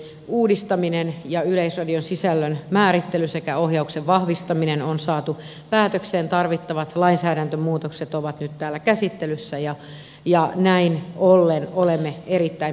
eli uudistaminen ja yleisradion sisällön määrittely sekä ohjauksen vahvistaminen on saatu päätökseen tarvittavat lainsäädäntömuutokset ovat nyt täällä käsittelyssä ja näin ollen olemme erittäin pitkällä